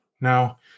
Now